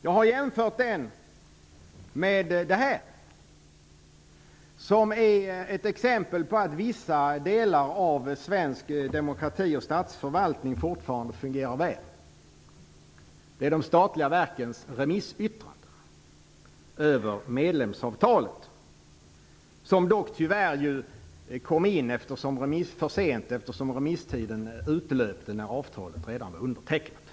Jag har jämfört den med de statliga verkens remissyttranden över medlemsavtalet. Dessa remissyttranden är ett exempel på att vissa delar av svensk demokrati och statsförvaltning fortfarande fungerar väl. Remissyttrandena kom tyvärr in för sent, eftersom remisstiden utlöpte när avtalet redan var undertecknat.